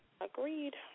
Agreed